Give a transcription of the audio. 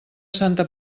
santa